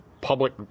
public